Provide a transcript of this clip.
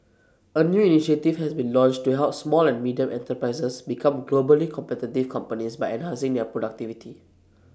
A new initiative has been launched to help small and medium enterprises become globally competitive companies by enhancing their productivity